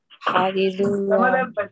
Hallelujah